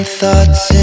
thoughts